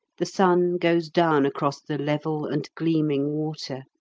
the sun goes down across the level and gleaming water,